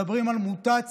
מדברים על מוטציה,